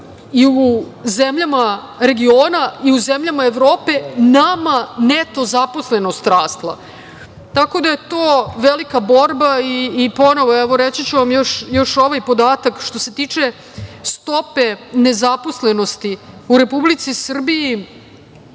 i u zemljama regiona i u zemljama Evrope, nama neto zaposlenost rasla. Tako da je to velika borba i reći ću vam još ovaj podatak što se tiče stope nezaposlenosti. U Republici Srbiji